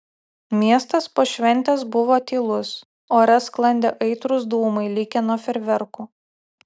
miestas po šventės buvo tylus ore sklandė aitrūs dūmai likę nuo fejerverkų